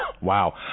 Wow